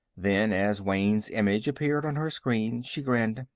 then, as wayne's image appeared on her screen, she grinned.